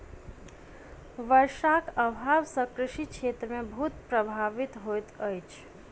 वर्षाक अभाव सॅ कृषि क्षेत्र बहुत प्रभावित होइत अछि